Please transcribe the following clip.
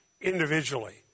individually